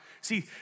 See